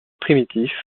primitif